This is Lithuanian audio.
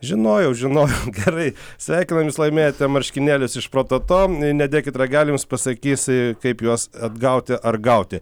žinojau žinojau gerai sveikinam jūs laimėjote marškinėlius iš prototo nedėkit ragelio jums pasakys kaip juos atgauti ar gauti